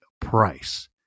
price